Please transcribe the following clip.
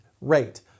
rate